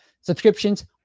subscriptions